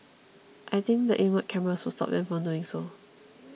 I think the inward cameras would stop them from doing so